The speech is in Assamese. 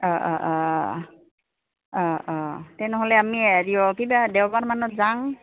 অঁ অঁ অঁ অঁ অঁ তেনেহ'লে আমি হেৰি অঁ কিবা দেওবাৰ মানত যাং